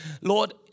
Lord